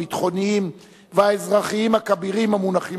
הביטחוניים והאזרחיים הכבירים המונחים